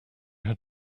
had